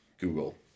Google